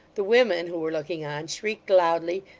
the women who were looking on, shrieked loudly,